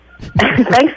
Thanks